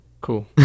Cool